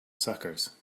suckers